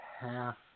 half